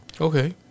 Okay